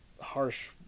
harsh